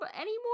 anymore